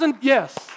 yes